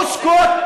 אוסקוט.